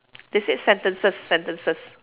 they said sentences sentences